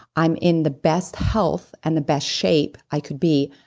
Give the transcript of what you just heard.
i'm in the best health and the best shape i could be.